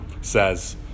says